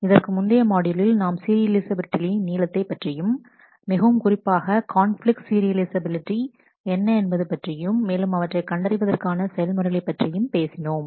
இதற்கு முந்தைய மாட்யூலில் நாம் சீரியலைஃசபிலிட்டியின் நீளத்தைப் பற்றியும் மிகவும் குறிப்பாக கான்பிலிக்ட் சீரியலைஃசபிலிட்டி என்ன என்பது பற்றியும் மேலும் அவற்றை கண்டறிவதற்கான செயல்முறைகளை பற்றியும் பேசினோம்